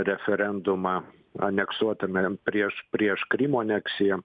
referendumą aneksuotame prieš prieš krymo aneksiją